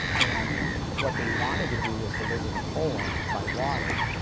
and what they wanted to do, was deliver the coal by water,